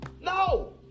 No